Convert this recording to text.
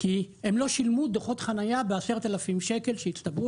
כי הם לא שילמו דוחות חניה ב-10,000 שקל שהצטברו